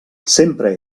sempre